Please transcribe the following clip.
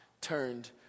turned